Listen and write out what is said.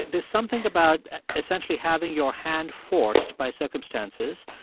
there's something about essentially having your hand forced by circumstances.